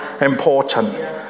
important